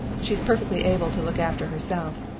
she's perfectly able to look after herself.